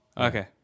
Okay